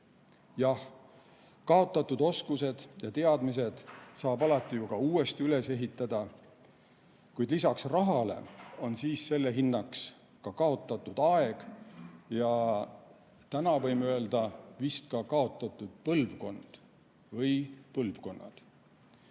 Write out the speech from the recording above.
Jah, kaotatud oskused ja teadmised saab alati ju ka uuesti üles ehitada. Kuid lisaks rahale on siis selle hinnaks ka kaotatud aeg ja täna võime öelda, vist ka kaotatud põlvkond või põlvkonnad.